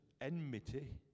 enmity